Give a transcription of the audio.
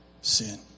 sin